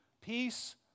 peace